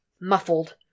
Muffled